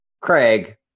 Craig